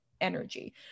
energy